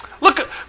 Look